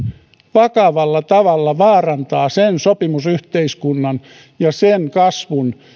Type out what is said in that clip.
vakavalla tavalla vaarantaa sen sopimusyhteiskunnan sen kasvun